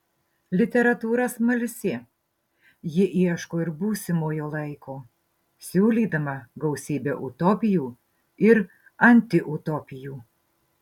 literatūra smalsi ji ieško ir būsimojo laiko siūlydama gausybę utopijų ir antiutopijų